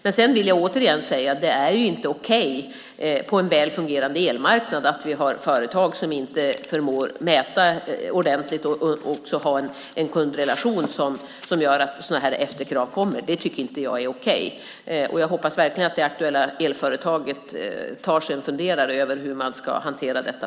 Dessutom vill jag återigen säga att det på en väl fungerande elmarknad inte är okej att vi har företag som inte förmår att mäta ordentligt. Jag tycker inte att det är okej att ha en kundrelation som gör att sådana här efterkrav kommer. Jag hoppas verkligen att det aktuella elföretaget tar sig en funderare över hur man framöver ska hantera detta.